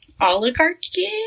oligarchy